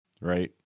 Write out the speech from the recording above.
right